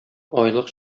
айлык